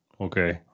Okay